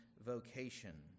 vocation